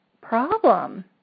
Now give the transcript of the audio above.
problem